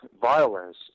violence